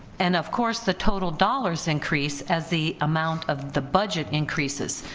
and of course the total dollars increase as the amount of the budget increases,